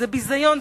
זה ביזיון,